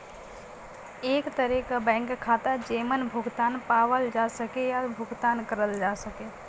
एक तरे क बैंक खाता जेमन भुगतान पावल जा सके या भुगतान करल जा सके